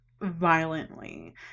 violently